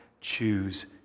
choose